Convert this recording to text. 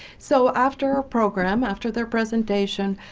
so, after our program, after their presentation,